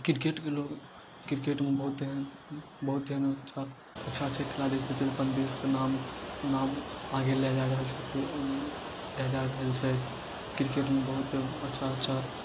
क्रिकेटके लोक क्रिकेटमे बहुत एहन बहुत एहन अच्छा अच्छा छै खिलाड़ी सब जे अपन देशके नाम नाम आगे लै जा रहल छथि से राजा रहल छथि क्रिकेटमे बहुत अच्छा अच्छा